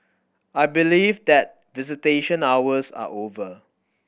I believe that visitation hours are over